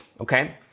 okay